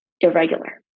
irregular